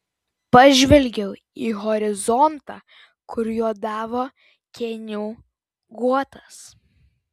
pažvelgiau į horizontą kur juodavo kėnių guotas